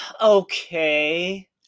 Okay